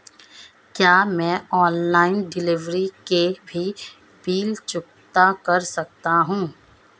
क्या मैं online delivery के भी बिल चुकता कर सकता हूँ?